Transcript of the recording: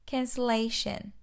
Cancellation